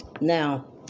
Now